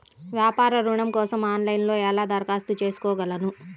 వ్యాపార ఋణం కోసం ఆన్లైన్లో ఎలా దరఖాస్తు చేసుకోగలను?